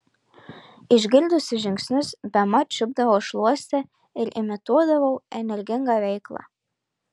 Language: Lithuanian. išgirdusi žingsnius bemat čiupdavau šluostę ir imituodavau energingą veiklą